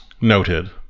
noted